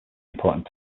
importing